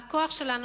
הכוח שלנו,